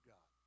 God